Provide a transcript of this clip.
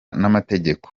n’amategeko